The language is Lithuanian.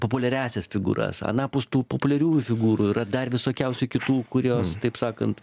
populiariąsias figūras anapus tų populiariųjų figūrų yra dar visokiausių kitų kurios taip sakant